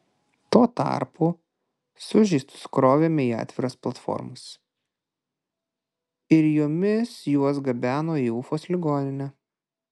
tuo tarpu sužeistus krovėme į atviras platformas ir jomis juos gabeno į ufos ligoninę